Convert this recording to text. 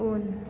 उन